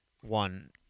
one